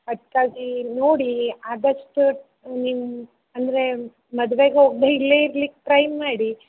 ಅದಕ್ಕಾಗಿ ನೋಡಿ ಆದಷ್ಟು ನಿಮ್ಮ ಅಂದರೆ ಮದ್ವೆಗೆ ಒಬ್ರು ಇಲ್ಲೇ ಇರ್ಲಿಕ್ಕೆ ಟ್ರೈ ಮಾಡಿ